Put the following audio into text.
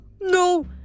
No